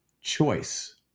choice